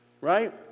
Right